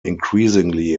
increasingly